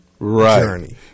Right